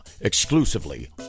exclusively